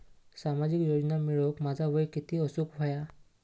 सामाजिक योजना मिळवूक माझा वय किती असूक व्हया?